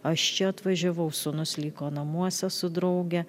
aš čia atvažiavau sūnus liko namuose su drauge